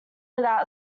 without